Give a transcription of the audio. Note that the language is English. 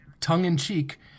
tongue-in-cheek